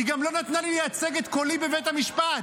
היא גם לא נתנה לי לייצג את קולי בבית המשפט.